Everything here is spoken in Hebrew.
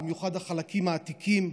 במיוחד החלקים העתיקים,